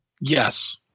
Yes